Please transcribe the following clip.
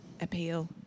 appeal